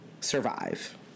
survive